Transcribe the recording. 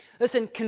Listen